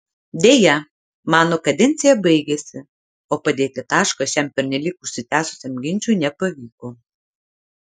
deja mano kadencija baigėsi o padėti tašką šiam pernelyg užsitęsusiam ginčui nepavyko